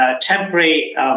temporary